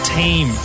team